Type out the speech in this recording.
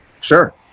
Sure